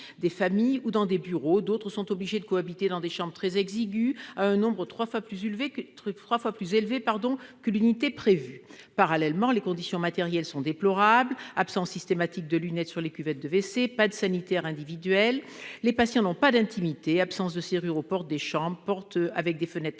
des familles ou dans des bureaux ; d'autres sont obligés de cohabiter dans des chambres très exiguës, le nombre de patients étant parfois trois fois plus élevé que l'unité prévue. Parallèlement, les conditions matérielles d'habitation sont déplorables : absence systématique de lunettes sur les cuvettes des toilettes, pas de sanitaires individuels. Les patients n'ont pas d'intimité : absence de serrure aux portes des chambres, portes avec des fenêtres